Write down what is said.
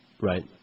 Right